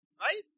Right